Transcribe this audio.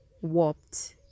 warped